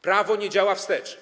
Prawo nie działa wstecz.